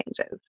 changes